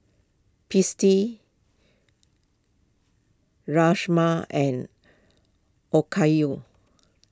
Rajma and Okayu